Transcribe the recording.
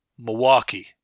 Milwaukee